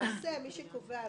למעשה מי שקובע,